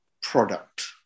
product